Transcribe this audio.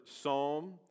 Psalm